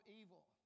evil